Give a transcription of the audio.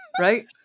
Right